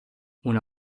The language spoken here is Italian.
una